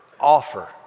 offer